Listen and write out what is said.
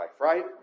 right